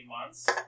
months